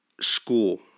school